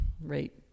right